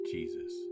Jesus